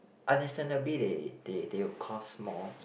understandably they they they would cost more